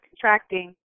contracting